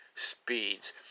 speeds